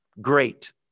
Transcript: Great